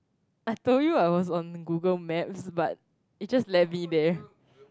I told you I was on Google maps but it just leavy there